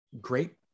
great